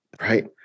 right